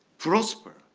prosper,